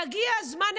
יגיע הזמן,